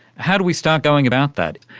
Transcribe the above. how do we start going about that?